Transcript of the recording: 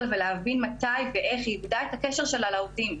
ולהבין מתי ואיך היא איבדה את הקשר שלה לעובדים,